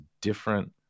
different